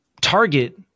target